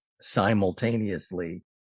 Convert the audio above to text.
simultaneously